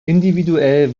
individuell